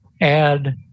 add